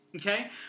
okay